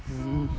mmhmm